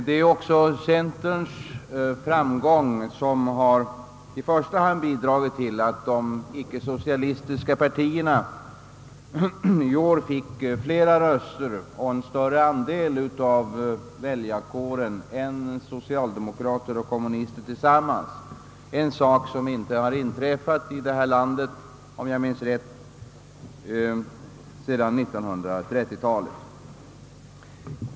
Det är också centerns framgång som i första hand har bidragit till att de ickesocialistiska partierna i år fått flera röster och en större andel av väljarkåren än socialdemokrater och kommunister tillsammans — något som om jag minns rätt inte har inträffat i ett kommunalval sedan 1930-talet.